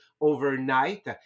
overnight